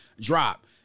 drop